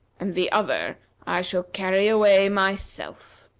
and the other i shall carry away myself.